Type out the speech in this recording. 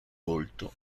volto